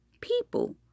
people